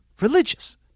religious